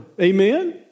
Amen